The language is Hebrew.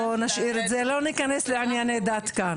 לא נכנס לענייני דת כאן.